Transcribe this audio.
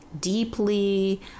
deeply